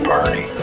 Party